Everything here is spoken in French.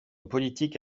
politique